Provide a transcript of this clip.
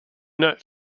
not